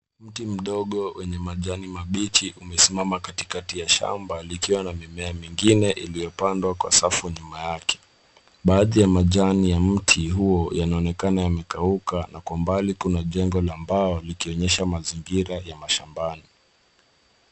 Mti mdogo wenye majani mabichi umesimama katikati ya shamba likiwa na mimea mingine iliyopangwa kwa sakafu nyuma yake. Baadhi ya majani ya mti huo yanaonekana yamekauka na kwa mbali kuna jengo la mbao likionyesha mazingira ya mashambani.